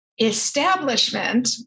establishment